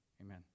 amen